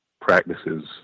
practices